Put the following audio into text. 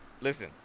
listen